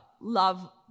love